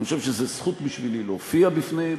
אני חושב שזו זכות בשבילי להופיע בפניהם,